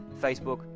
Facebook